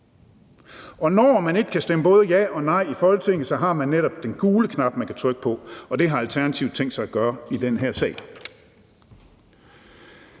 Når man ikke kan stemme både ja og nej i Folketinget, så har man netop den gule knap, man kan trykke på, og det har Alternativet tænkt sig at gøre i den her sag.